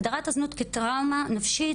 הגדרת הזנות כטראומה נפשית,